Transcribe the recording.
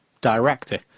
director